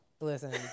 Listen